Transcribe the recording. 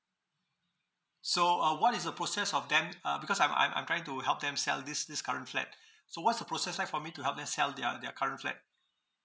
so uh what is the process of them uh because I'm I'm I'm trying to help them sell this this current flat so what's the process like for me to help them sell their their current flat